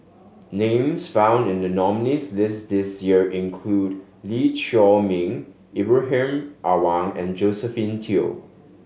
names found in the nominees' list this year include Lee Chiaw Meng Ibrahim Awang and Josephine Teo